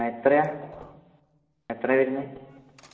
എത്രയാണ് എത്രയാണ് വരുന്നത്